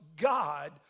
God